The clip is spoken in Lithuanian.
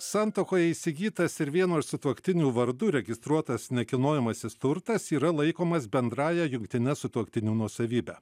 santuokoje įsigytas ir vieno iš sutuoktinių vardu registruotas nekilnojamasis turtas yra laikomas bendrąja jungtine sutuoktinių nuosavybe